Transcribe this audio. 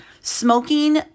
smoking